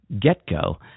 get-go